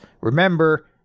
remember